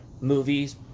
Movies